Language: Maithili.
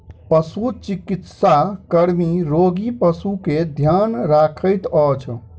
पशुचिकित्सा कर्मी रोगी पशु के ध्यान रखैत अछि